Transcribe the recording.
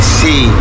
see